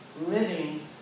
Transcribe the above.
living